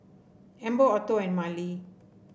Amber Otto and Marely